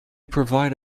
provide